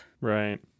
right